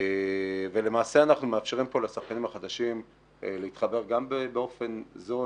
למעשה אנחנו מאפשרים כאן לשחקנים החדשים להתחבר גם באופן זול,